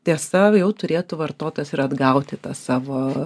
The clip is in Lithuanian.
tiesa jau turėtų vartotojas ir atgauti tas savo